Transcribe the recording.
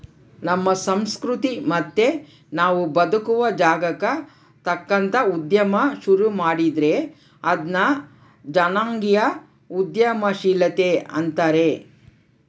ನಮ್ಮ ಸಂಸ್ಕೃತಿ ಮತ್ತೆ ನಾವು ಬದುಕುವ ಜಾಗಕ್ಕ ತಕ್ಕಂಗ ಉದ್ಯಮ ಶುರು ಮಾಡಿದ್ರೆ ಅದನ್ನ ಜನಾಂಗೀಯ ಉದ್ಯಮಶೀಲತೆ ಅಂತಾರೆ